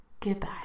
goodbye